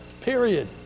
period